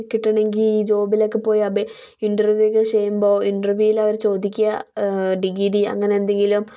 കിട്ടണെങ്കിൽ ജോബിലൊക്കെ പോയി ഇൻ്റർവ്യൂ ഒക്കെ ചെയ്യുമ്പോൾ ഇൻ്റർവ്യൂവിൽ അവര് ചോദിക്കാ ഡിഗ്രി അങ്ങനെ എന്തെങ്കിലും